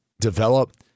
develop